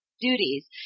duties